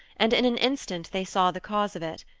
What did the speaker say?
and in an instant they saw the cause of it.